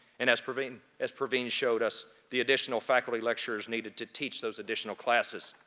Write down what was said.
and as praveen as praveen showed us the additional faculty lecturers needed to teach those additional classes.